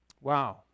Wow